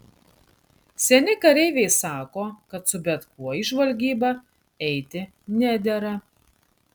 seni kareiviai sako kad su bet kuo į žvalgybą eiti nedera